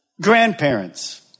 grandparents